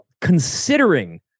considering